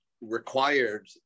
required